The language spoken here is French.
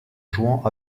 jouant